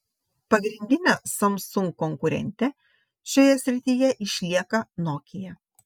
pagrindine samsung konkurente šioje srityje išlieka nokia